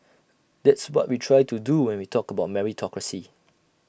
that's what we try to do when we talked about meritocracy